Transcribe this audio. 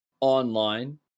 online